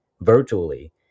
virtually